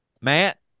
Matt